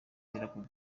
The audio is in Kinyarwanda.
kwihutira